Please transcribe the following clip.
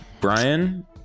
Brian